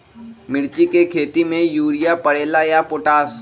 मिर्ची के खेती में यूरिया परेला या पोटाश?